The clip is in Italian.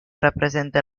rappresenta